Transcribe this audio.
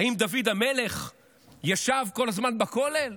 האם דוד המלך ישב כל הזמן בכולל?